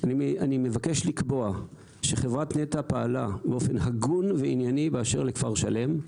אני מבקש לקבוע שחברת נת"ע פעלה באופן הגון וענייני באשר לכפר שלם.